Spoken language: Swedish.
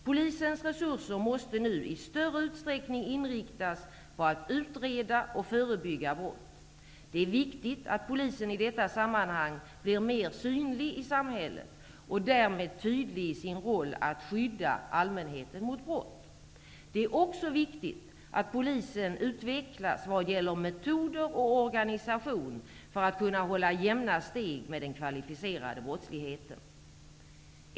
Polisens resurser måste nu i större utsträckning inriktas på att utreda och förebygga brott. Det är viktigt att polisen i detta sammanhang blir mer synlig i samhället och därmed tydlig i sin roll att skydda allmänheten mot brott. Det är också viktigt att polisen utvecklas vad gäller metoder och organisation för att kunna hålla jämna steg med den kvalificerade brottsligheten.